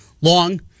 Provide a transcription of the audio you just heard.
long